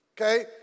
Okay